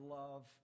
love